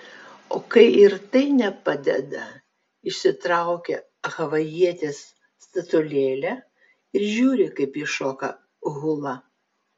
o kai ir tai nepadeda išsitraukia havajietės statulėlę ir žiūri kaip ji šoka hulą